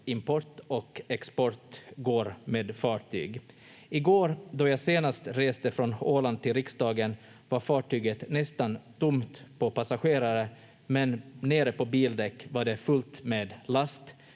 import och export går med fartyg. I går då jag senast reste från Åland till riksdagen var fartyget nästan tomt på passagerare men nere på bildäck var det fullt med last.